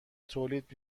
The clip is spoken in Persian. تولید